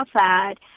outside